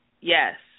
Yes